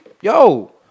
yo